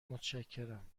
متشکرم